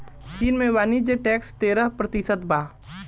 चीन में वाणिज्य टैक्स तेरह प्रतिशत बा